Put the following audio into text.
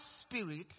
spirit